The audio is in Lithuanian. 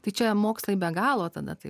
tai čia mokslai be galo tada taip